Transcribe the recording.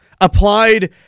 applied